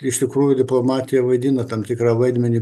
iš tikrųjų diplomatija vaidina tam tikrą vaidmenį